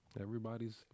Everybody's